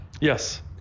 Yes